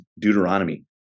Deuteronomy